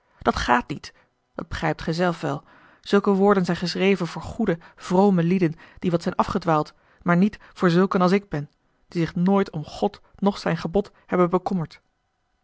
dat gaat niet dat begrijpt gij zelf wel zulke woorden zijn geschreven voor goede vrome lieden die wat zijn afgedwaald maar niet voor zulken als ik ben die zich nooit om god noch zijn gebod hebben bekommerd